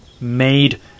made